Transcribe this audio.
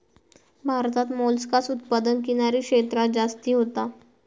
भारतात मोलस्कास उत्पादन किनारी क्षेत्रांत जास्ती होता